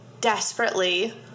desperately